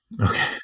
okay